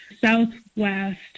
southwest